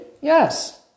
Yes